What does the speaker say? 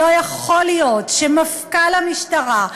לא יכול להיות שמפכ"ל המשטרה,